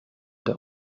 der